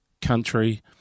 country